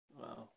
wow